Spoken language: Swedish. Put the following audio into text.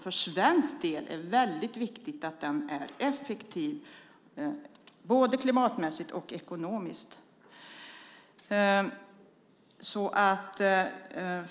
För svensk del är det väldigt viktigt att den är effektiv, både klimatmässigt och ekonomiskt.